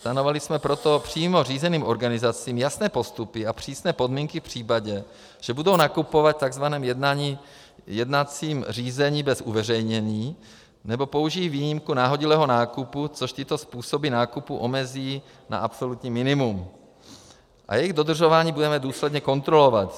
Stanovili jsme proto přímo řízeným organizacím jasné postupy a přísné podmínky v případě, že budou nakupovat v takzvaném jednacím řízení bez uveřejnění nebo použijí výjimku nahodilého nákupu, což tyto způsoby nákupu omezí na absolutní minimum, a jejich dodržování budeme důsledně kontrolovat.